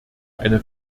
eine